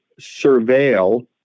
surveil